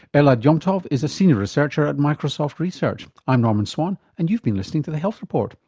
elad yom tov is a senior researcher at microsoft research. i'm norman swan, and you've been listening to the health report.